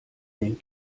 den